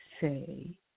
say